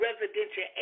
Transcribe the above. residential